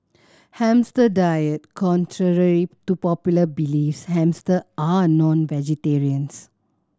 hamster diet contrary to popular beliefs hamster are not vegetarians